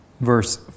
verse